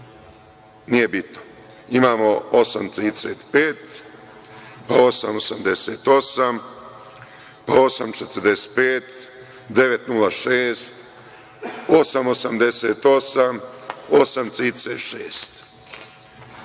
nije bitno. Imamo 8,35, pa 8,88, pa 8,45; 9,06; 8,88; 8,36.